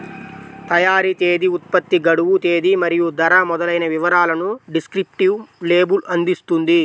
తయారీ తేదీ, ఉత్పత్తి గడువు తేదీ మరియు ధర మొదలైన వివరాలను డిస్క్రిప్టివ్ లేబుల్ అందిస్తుంది